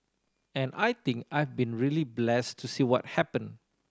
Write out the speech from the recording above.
and I think I've been really blessed to see what happen